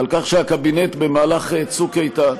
על כך שהקבינט במהלך צוק איתן,